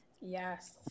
Yes